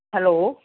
hello